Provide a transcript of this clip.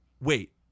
Wait